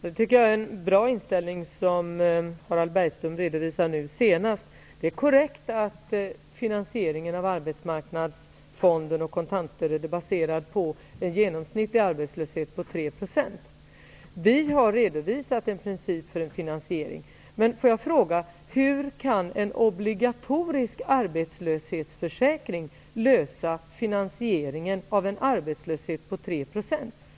Herr talman! Jag tycker det är en bra inställning som Harald Bergström redovisar nu. Det är korrekt att finansieringen av arbetsmarknadsfonden och kontantstödet är baserad på en genomsnittlig arbetslöshet på 3 %. Vi har redovisat en princip för en finansiering. Men hur kan en obligatorisk arbetslöshetsförsäkring klara av finansieringen av en arbetslöshet på 3 %?